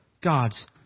God's